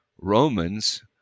Romans